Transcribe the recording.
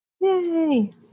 yay